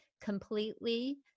completely